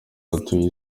utuye